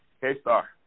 K-Star